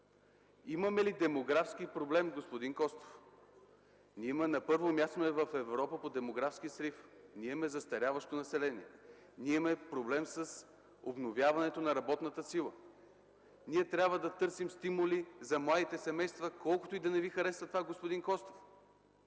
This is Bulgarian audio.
Имаме ли демографски проблем, господин Костов? Ние сме на първо място в Европа по демографски срив. Ние имаме застаряващо население. Ние имаме проблем с обновяването на работната сила. Ние трябва да търсим стимули за младите семейства, колкото и да не Ви харесва това, господин Костов.